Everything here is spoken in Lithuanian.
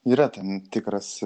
yra ten tikras